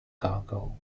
cargo